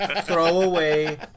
throwaway